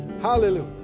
Hallelujah